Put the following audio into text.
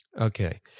Okay